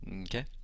Okay